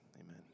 amen